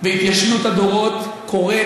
והתיישנות הדורות קורית,